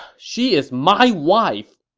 she is my wife!